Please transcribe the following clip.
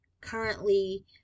currently